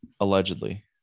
Allegedly